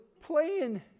playing